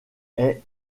est